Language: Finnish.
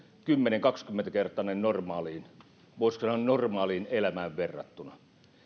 kymmenen viiva kaksikymmentä kertainen voisiko sanoa normaaliin elämään verrattuna